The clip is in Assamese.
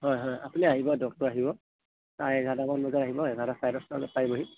হয় হয় আপুনি আহিব ডক্টৰ আহিব চাৰে এঘাৰটামান বজাত আহিব এঘাৰটা চাৰে দহটা বজাত পায় যাবহি